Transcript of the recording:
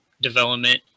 development